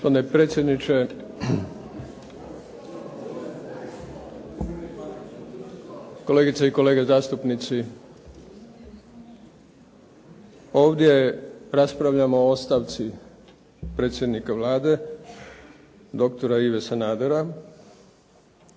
predsjedniče, kolegice i kolege zastupnici. Ovdje raspravljamo o ostavci predsjednika Vlade doktora Ive Sanadera